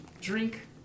drink